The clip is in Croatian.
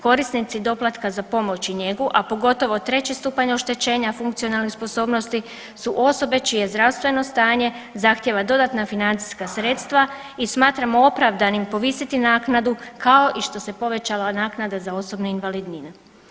Korisnici doplatka za pomoć i njegu, a pogotovo treći stupanj oštećenja funkcionalnih sposobnosti su osobe čije zdravstveno stanje zahtjeva dodatna financijska sredstva i smatramo opravdanim povisiti naknadu kao i što se povećala naknada za osobnu invalidninu.